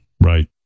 Right